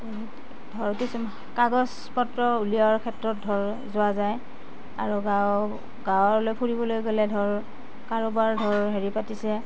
ধৰ কিছুমান কাগজ পত্ৰ উলিওৱাৰ ক্ষেত্ৰত ধৰ যোৱা যায় আৰু গাঁও গাঁৱলৈ ফুৰিবলৈ গ'লে ধৰ কাৰোবাৰ ধৰ হেৰি পাতিছে